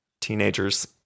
teenagers